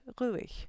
Ruhig